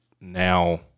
now